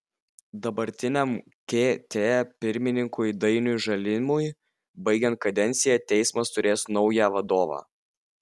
dabartiniam kt pirmininkui dainiui žalimui baigiant kadenciją teismas turės naują vadovą